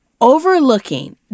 overlooking